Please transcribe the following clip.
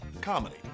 comedy